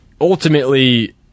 ultimately